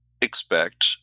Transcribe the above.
expect